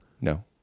no